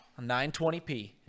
920p